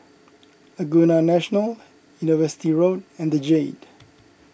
Laguna National University Road and the Jade